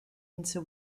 into